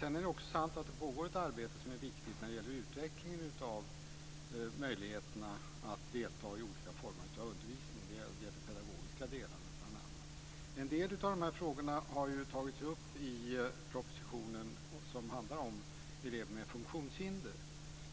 Det är sant att det pågår ett arbete som är viktigt när det gäller utvecklingen av möjligheterna att delta i olika former av undervisning. Det gäller bl.a. de pedagogiska delarna. En del av dessa frågor har tagits upp i propositionen som handlar om elever med funktionshinder.